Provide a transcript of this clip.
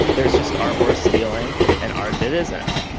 there's just art worth stealing and art that isn't.